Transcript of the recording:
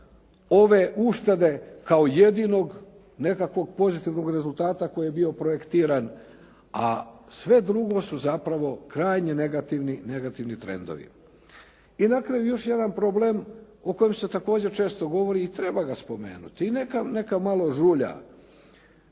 ove uštede kao jedinog nekakvog pozitivnog rezultata koji je bio projektiran, a sve drugo su zapravo krajnje negativni trendovi. I na kraju još jedan problem o kojem se također često govori i treba ga spomenuti. I neka malo žulja.